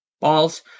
balls